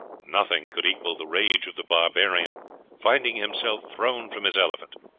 nothing could equal the rage of the barbarian finding himself thrown from his elephant.